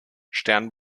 stern